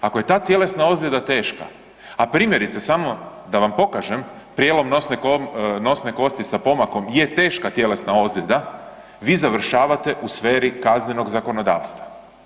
Ako je ta tjelesna ozljeda teška, a primjerice samo da vam pokažem prijelom nosne kosti sa pomakom je teška tjelesna ozljeda vi završavate u sferi kaznenog zakonodavstva.